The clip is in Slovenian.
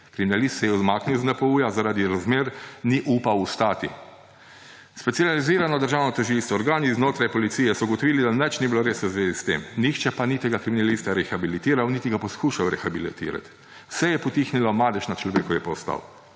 Kriminalist se je umaknil z NPU-ja. Zaradi razmer ni upal ostati. Specializirano državno tožilstvo, organi znotraj policije so ugotovili, da nič ni bilo res v zvezi s tem, nihče pa ni tega kriminalista rehabilitiral, niti ga poskušal rehabilitirati. Vse je potihnilo, madež na človeku je pa ostal.